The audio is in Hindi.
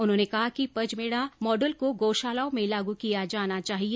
उन्होंने कहा कि पचमेड़ा मॉडल को गौशालाओं में लागू किया जाना चाहिए